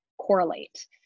correlate